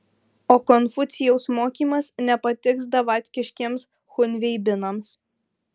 o konfucijaus mokymas nepatiks davatkiškiems chunveibinams